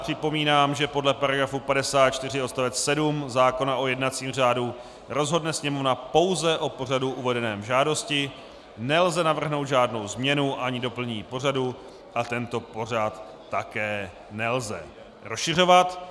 Připomínám, že podle § 54 odst. 7 zákona o jednacím řádu rozhodne Sněmovna pouze o pořadu uvedeném v žádosti, nelze navrhnout žádnou změnu ani doplnění pořadu a tento pořad také nelze rozšiřovat.